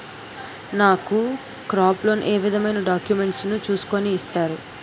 నాకు crop loan ఏ విధమైన డాక్యుమెంట్స్ ను చూస్కుని ఇస్తారు?